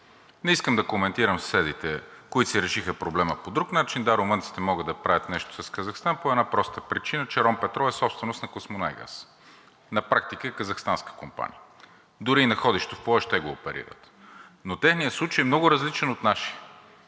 Не искам да коментирам съседите, които си решиха проблема по друг начин. Да, румънците могат да правят нещо с Казахстан по една проста причина, че „Ромпетрол“ е собственост на KazMunayGaz. На практика е казахстанска компания. Дори и находището в Плоещ те го оперират. Техният случай е много различен от нашия.